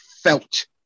felt